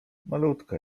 malutka